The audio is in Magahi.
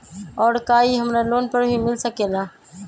और का इ हमरा लोन पर भी मिल सकेला?